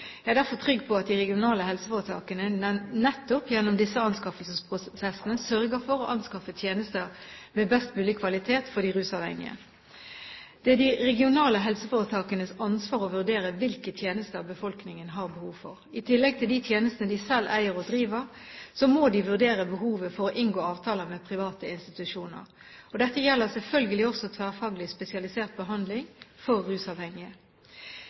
Jeg er derfor trygg på at de regionale helseforetakene – nettopp gjennom disse anskaffelsesprosessene – sørger for å anskaffe tjenester med best mulig kvalitet for de rusavhengige. Det er de regionale helseforetakenes ansvar å vurdere hvilke tjenester befolkningen har behov for. I tillegg til de tjenestene de selv eier og driver, må de vurdere behovet for å inngå avtaler med private institusjoner. Dette gjelder selvfølgelig også tverrfaglig spesialisert behandling for rusavhengige.